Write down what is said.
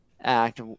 Act